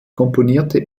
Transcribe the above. komponierte